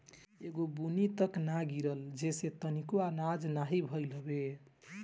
एगो बुन्नी तक ना गिरल जेसे तनिको आनाज नाही भइल हवे